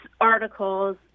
articles